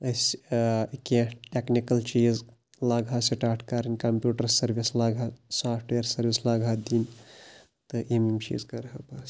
اَسہِ کیٚنٛہہ ٹیکنِکٕل چیٖز لاگہٕ ہا سِٹاٹ کَرٕنۍ کَمپیٛوٗٹَر سٔروِس لَاگہٕ ہا سافٹ وِیَر سٔروِس لاگہٕ ہا دِنۍ تہٕ یِم یِم چیٖز کَرٕ ہا بہٕ